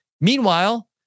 Meanwhile